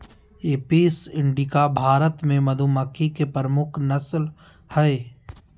Apis indica Bharat मे मधुमक्खी के प्रमुख नस्ल हय